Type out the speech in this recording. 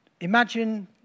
imagine